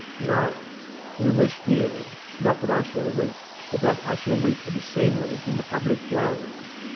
no their wish is, not that i shall weep, but that i shall weep obscenely in the public gaze.